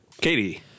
Katie